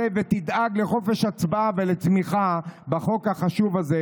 ותדאג לחופש הצבעה ולתמיכה בחוק החשוב הזה,